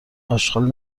آشغال